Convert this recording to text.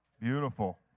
Beautiful